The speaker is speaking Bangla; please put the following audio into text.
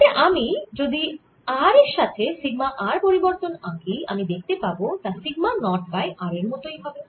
যাতে আমি যদি r এর সাথে সিগমা r পরিবর্তন আঁকি আমি দেখতে পাবো তা সিগমা নট বাই r এর মতই হবে